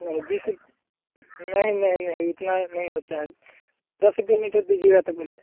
नहीं बीस रूपये नहीं नहीं नहीं इतना नहीं होता है दस रूपये मीटर दीजिएगा तो बोलिए